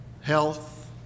health